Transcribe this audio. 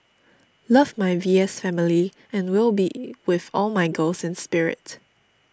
love my V S family and will be with all my girls in spirit